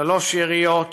שלוש יריות,